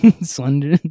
Slender